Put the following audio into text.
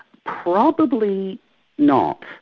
probably not.